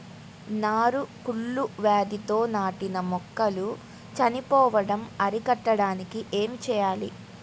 నారు కుళ్ళు వ్యాధితో నాటిన మొక్కలు చనిపోవడం అరికట్టడానికి ఏమి చేయాలి?